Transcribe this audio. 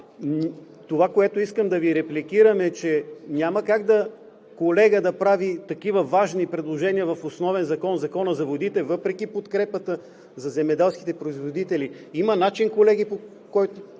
това, което искам да Ви репликирам, е, че няма как колега да прави такива важни предложения в основен закон – Закона за водите, въпреки подкрепата за земеделските производители. Има начин, колеги, по който